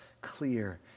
clear